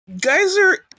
Geyser